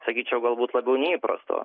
sakyčiau galbūt labiau neįprastu